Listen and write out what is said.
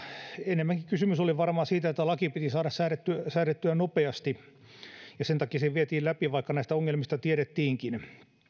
enemmänkin kysymys oli varmaan siitä että laki piti saada säädettyä säädettyä nopeasti ja sen takia se vietiin läpi vaikka näistä ongelmista tiedettiinkin